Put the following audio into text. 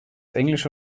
englische